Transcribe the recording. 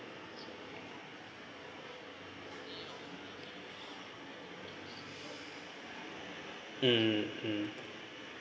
mm mm